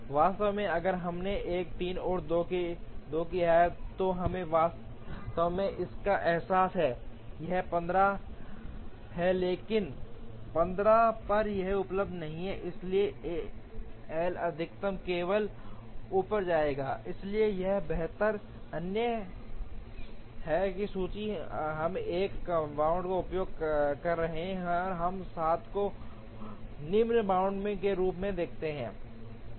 वास्तव में अगर हमने 1 3 और 2 किया है तो हमें वास्तव में इसका एहसास है यह 15 है लेकिन 15 पर यह उपलब्ध नहीं है इसलिए एल अधिकतम केवल ऊपर जाएगा इसलिए यह बेहतर है अन्य एक चूंकि हम एक कम बाउंड का उपयोग कर रहे हैं हम 7 को निम्न बाउंड के रूप में देखते हैं